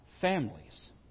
families